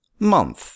month